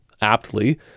Aptly